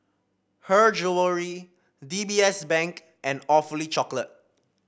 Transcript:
Her Jewellery D B S Bank and Awfully Chocolate